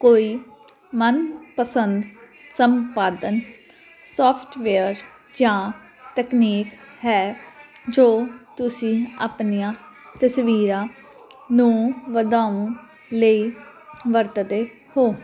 ਕੋਈ ਮਨ ਪਸੰਦ ਸੰਪਾਦਨ ਸੋਫਟਵੇਅਰ ਜਾਂ ਤਕਨੀਕ ਹੈ ਜੋ ਤੁਸੀਂ ਆਪਣੀਆਂ ਤਸਵੀਰਾਂ ਨੂੰ ਵਧਾਉਣ ਲਈ ਵਰਤਦੇ ਹੋ